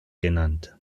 genannt